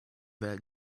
that